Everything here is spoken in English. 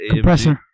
Compressor